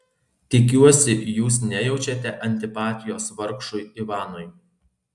tikiuosi jūs nejaučiate antipatijos vargšui ivanui